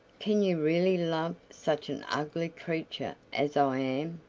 can you really love such an ugly creature as i am?